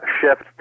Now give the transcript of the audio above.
shift